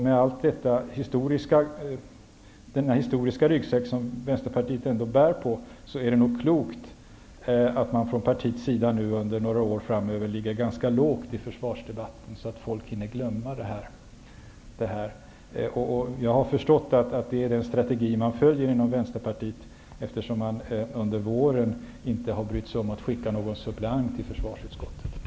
Med den historiska ryggsäck som Vänsterpartiet bär på, är det nog klokt att partiet ligger ganska lågt i försvarsdebatten några år framöver. Då hinner folk glömma detta. Jag har förstått att det är den strategi man följer inom Vänsterpartiet, eftersom man under våren inte har brytt sig om att skicka någon suppleant till försvarsutskottet.